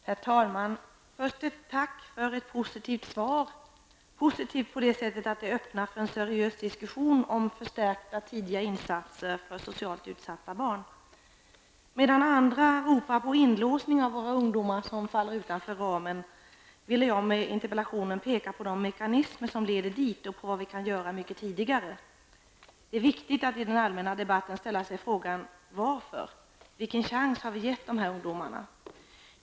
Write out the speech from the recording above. Herr talman! Jag vill först tacka för ett positivt svar -- positivt på det sättet att det öppnar för en seriös diskussion om förstärkta tidiga insatser för socialt utsatta barn. Medan andra ropar på inlåsning av de av våra ungdomar som faller utanför ramen, ville jag med interpellationen peka på de mekanismer som leder dit och på vad vi kan göra mycket tidigare. Det är viktigt att i den allmänna debatten ställa sig frågorna: Varför? Vilken chans har vi gett de här ungdomarna?